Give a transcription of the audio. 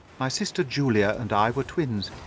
my sister julia and i were twins,